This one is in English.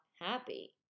happy